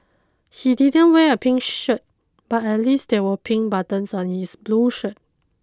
he didn't wear a pink shirt but at least there were pink buttons on his blue shirt